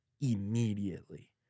immediately